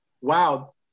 Wow